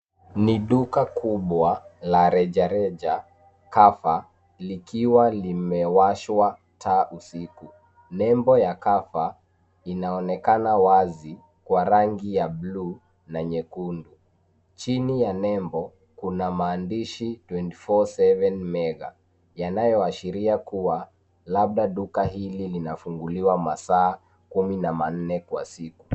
Ni duka kubwa la rejareja kafa, likiwa limewashwa taa usiku. Nembo ya kafa inaonekana wazi kwa rangi ya bluu na nyekundu. Chini ya nembo, kuna maandishi 24/7 mega yanayoashiria kuwa labda duka hili linafunguliwa masaa kumi na manne kwa siku.